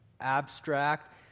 abstract